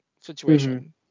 situation